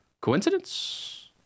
Coincidence